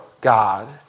God